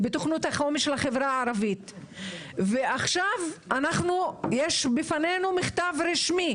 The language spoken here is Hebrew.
בתוכניות החומש של החברה הערבית ועכשיו יש בפנינו מכתב רשמי